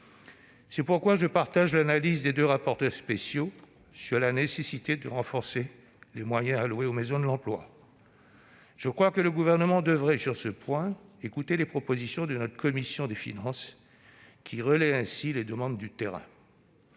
C'est pourquoi je partage l'analyse des deux rapporteurs spéciaux sur la nécessité de renforcer les moyens alloués aux maisons de l'emploi. Le Gouvernement devrait sur ce point écouter les propositions de la commission des finances, car elles relaient les demandes du terrain.